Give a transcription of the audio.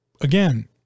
again